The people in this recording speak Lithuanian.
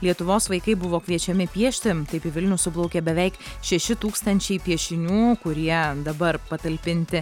lietuvos vaikai buvo kviečiami piešti taip į vilnių suplaukė beveik šeši tūkstančiai piešinių kurie dabar patalpinti